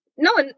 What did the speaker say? No